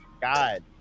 God